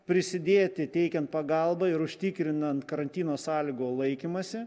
prisidėti teikiant pagalbą ir užtikrinant karantino sąlygų laikymąsi